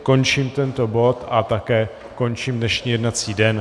Končím tento bod a také končím dnešní jednací den.